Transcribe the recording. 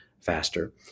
faster